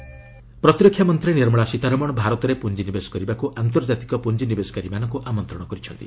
ସୀତାରମଣ ଏରୋ ପ୍ରତିରକ୍ଷା ମନ୍ତ୍ରୀ ନିର୍ମଳା ସୀତାରମଣ ଭାରତରେ ପୁଞ୍ଜିନିବେଶ କରିବାକୁ ଆନ୍ତର୍ଜାତିକ ପୁଞ୍ଜିନିବେଶକାରୀମାନଙ୍କୁ ଆମନ୍ତ୍ରଣ କରିଛନ୍ତି